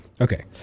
okay